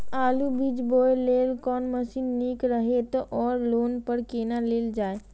आलु बीज बोय लेल कोन मशीन निक रहैत ओर लोन पर केना लेल जाय?